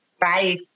bye